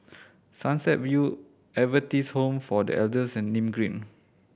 Sunset View Adventist Home for The Elders and Nim Green